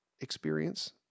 experience